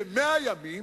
ב-100 ימים,